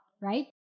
right